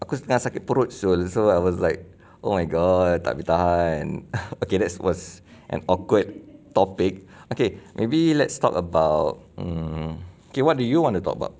aku tengah sakit perut so I was like oh my god tak boleh tahan okay that was an awkward topic okay maybe let's talk about um okay what do you want to talk about